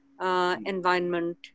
environment